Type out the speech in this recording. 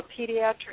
pediatric